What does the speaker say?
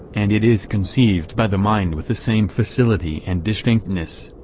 and it, is conceived by the mind with the same facility and distinctness,